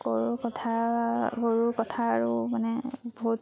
গৰুৰ কথা গৰুৰ কথা আৰু মানে বহুত